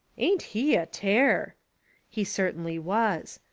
ain't he a terrf he certainly was.